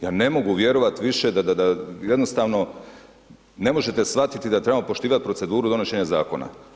Ja ne mogu vjerovat više, da jednostavno ne možete shvatiti da trebamo poštivati proceduru donošenja Zakona.